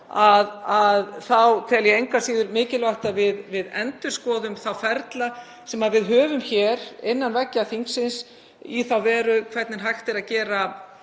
tel ég engu að síður mikilvægt að við endurskoðum þá ferla sem við höfum hér innan veggja þingsins í þá veru hvernig hægt er að gera